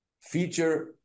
feature